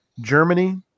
Germany